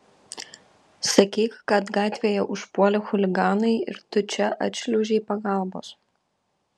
sakyk kad gatvėje užpuolė chuliganai ir tu čia atšliaužei pagalbos